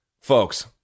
folks